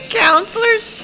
counselors